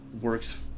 works